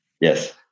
Yes